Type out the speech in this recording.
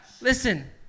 Listen